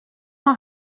mei